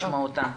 נשמע אותם.